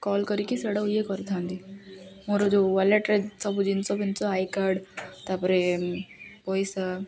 call କରିକି ସେଇଟା ଇଏ କରିଥାନ୍ତି ମୋର ଯୋଉ ୱାଲେଟ୍ରେ ସବୁ ଜିନିଷଫିନିଷ ଆଇ କାର୍ଡ଼ ତା'ପରେ ପଇସା